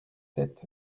sept